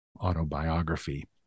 autobiography